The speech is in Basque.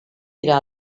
dira